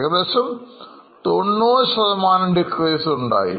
ഏകദേശം 90 decrease ഉണ്ടായി